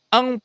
Ang